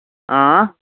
آ